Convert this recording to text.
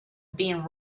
been